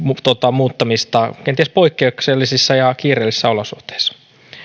muuttamista kenties poikkeuksellisissa ja kiireellisissä olosuhteissa